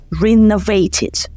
renovated